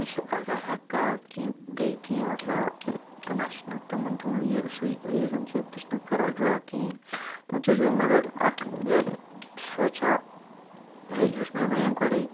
نہ چھِ آزٕ ہٮ۪کتھ کہِ بیٚیہِ کیٚنٛہہ آسا بہٕ نہ چھُس نہٕ تِمَن دۄہَن یہِ سُے ریٖزَن چھِ بہٕ چھُس نہٕ کَران ڈرٛا کِہیٖنۍ پَتہٕ چھُس بہٕ مگر اَکھ یہِ سونٛچان یُس مےٚ وَنے گۄڈَے